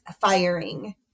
firing